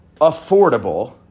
affordable